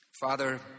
Father